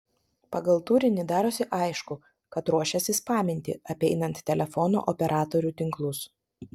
pagal turinį darosi aišku kad ruošiasi spaminti apeinant telefono operatorių tinklus